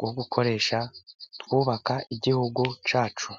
yo gukoresha twubaka Igihugu cyacu.